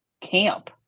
camp